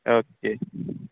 okay